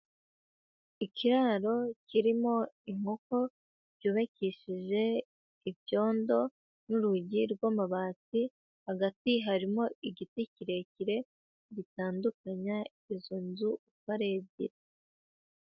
Ikiraro kirimo inkoko, cyubakishije ibyondo n'urugi rw'amabati, hagati harimo igiti kirekire gitandukanya izo nzu uko ari ebyiri.